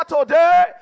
today